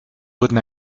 wurden